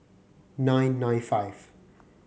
nine nine five